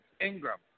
Ingram